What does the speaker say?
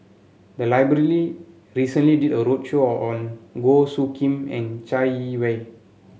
the library recently did a roadshow on Goh Soo Khim and Chai Yee Wei